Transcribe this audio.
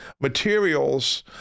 materials